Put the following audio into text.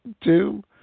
Doom